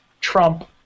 Trump